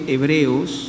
Hebreos